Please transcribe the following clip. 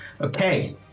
Okay